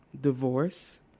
divorce